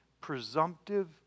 presumptive